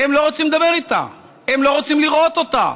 הם לא רוצים לדבר איתה, הם לא רוצים לראות אותה,